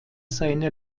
seine